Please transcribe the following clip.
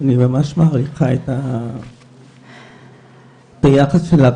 אני ממש מעריכה את היחס שלך,